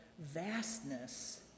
vastness